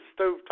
stovetop